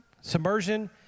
submersion